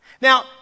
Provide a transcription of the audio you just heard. Now